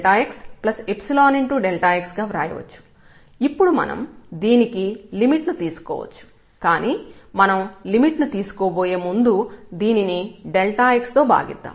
ఇప్పుడు మనం దీనికి లిమిట్ ను తీసుకోవచ్చు కానీ మనం లిమిట్ ను తీసుకోబోయే ముందు దీనిని x తో భాగిద్దాం